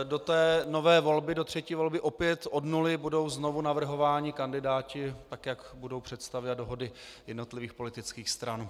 Do té nové volby, do třetí volby, opět od nuly budou znovu navrhováni kandidáti, tak jak budou představy a dohody jednotlivých politických stran.